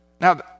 Now